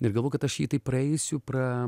ir galvojau kad aš jį tai praeisiu pra